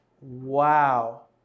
Wow